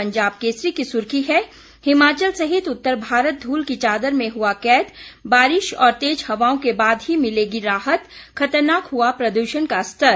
पंजाब केसरी की सुर्खी है हिमाचल सहित उत्तर भारत धूल की चादर में हुआ कैद बारिश और तेज हवाओं के बाद ही मिलेगी राहत खतरनाक हुआ प्रदूषण का स्तर